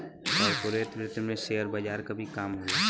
corporate वित्त में share बजार क भी काम होला